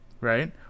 right